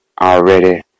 already